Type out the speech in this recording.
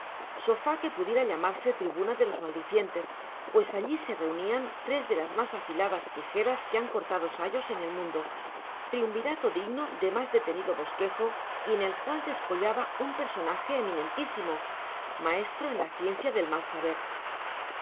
sofá que pudiera llamarse tribuna de los maldicientes pues allí se reunían tres de las más afiladas tijeras que han cortado sayos en el mundo triunvirato digno de más detenido bosquejo y en el cual descollaba un personaje eminentísimo maestro en la ciencia del mal saber